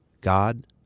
God